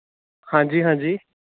ਹਾਂਜੀ ਹਾਂਜੀ